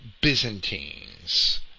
Byzantines